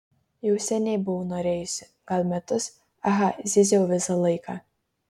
jau seniai buvau norėjusi gal metus aha zyziau visą laiką